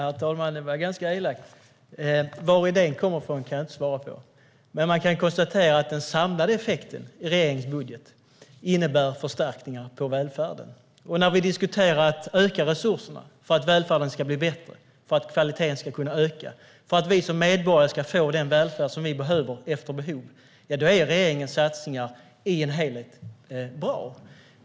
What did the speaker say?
Herr talman! Det var ganska elakt. Var idén kommer ifrån kan jag inte svara på, men man kan konstatera att den samlade effekten av regeringens budget innebär förstärkningar av välfärden. När vi diskuterar att öka resurserna för att välfärden ska bli bättre, för att kvaliteten ska kunna öka och för att vi som medborgare ska få den välfärd som vi behöver efter behov är regeringens satsningar som helhet bra.